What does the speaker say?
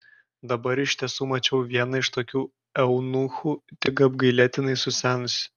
dabar iš tiesų mačiau vieną iš tokių eunuchų tik apgailėtinai susenusį